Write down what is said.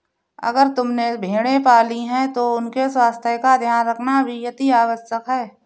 अगर तुमने भेड़ें पाली हैं तो उनके स्वास्थ्य का ध्यान रखना भी अतिआवश्यक है